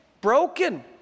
Broken